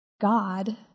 God